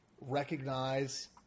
recognize